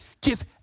give